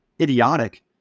idiotic